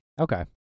Okay